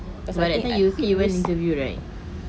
but that time you say you want interview right